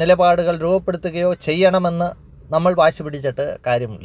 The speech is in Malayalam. നിലപാടുകൾ രൂപപ്പെടുത്തുകയോ ചെയ്യണമെന്ന് നമ്മൾ വാശി പിടിച്ചിട്ട് കാര്യമില്ല